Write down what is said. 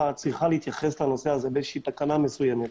צריכה להתייחס לנושא הזה בתקנה מסוימת.